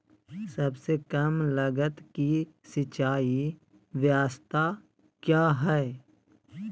सबसे कम लगत की सिंचाई ब्यास्ता क्या है?